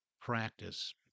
practice